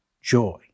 joy